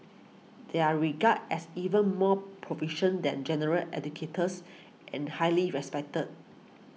they are regarded as even more proficient than general educators and highly respected